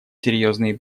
серьезные